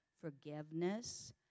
forgiveness